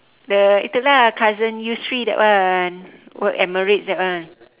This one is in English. the itu lah cousin yusri that one work emirates that one